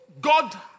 God